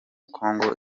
congo